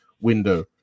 window